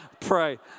Pray